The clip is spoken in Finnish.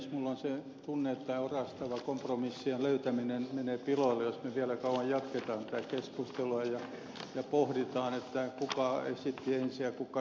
minulla on se tunne että tämä orastava kompromissien löytäminen menee piloille jos me vielä kauan jatkamme tätä keskustelua ja pohdimme kuka esitti ensin ja kuka sopi mitä